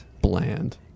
Bland